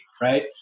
right